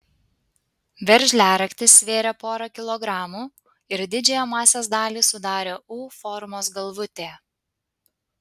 veržliaraktis svėrė porą kilogramų ir didžiąją masės dalį sudarė u formos galvutė